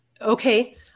Okay